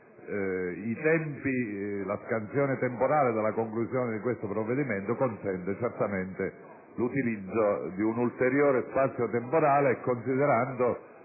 che la scansione temporale della conclusione di questo provvedimento consente certamente l'utilizzo di un ulteriore spazio temporale e